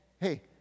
hey